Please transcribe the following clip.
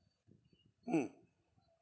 mm